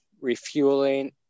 refueling